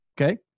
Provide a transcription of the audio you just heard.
Okay